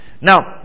Now